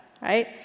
right